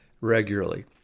regularly